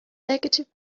negative